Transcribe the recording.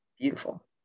beautiful